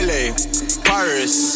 Paris